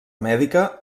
mèdica